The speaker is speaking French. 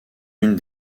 une